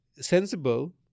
sensible